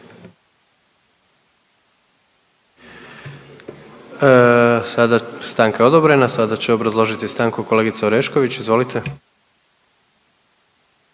Stanka odobrena. Sada će obrazložiti stanku kolegica Orešković, izvolite.